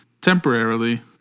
temporarily